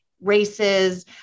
races